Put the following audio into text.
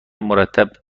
مرتب